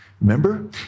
Remember